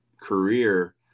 career